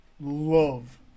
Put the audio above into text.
love